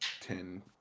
ten